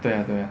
对呀对呀